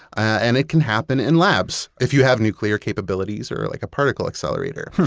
and it can happen in labs, if you have nuclear capabilities or like a particle accelerator,